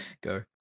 go